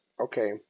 okay